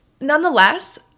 nonetheless